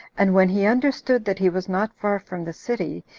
and when he understood that he was not far from the city,